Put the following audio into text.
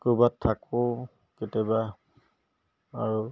ক'ৰবাত থাকোঁ কেতিয়াবা আৰু